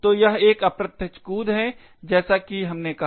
तो यह एक अप्रत्यक्ष कूद है जैसा कि हमने कहा